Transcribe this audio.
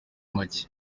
make